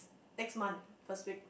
next month first week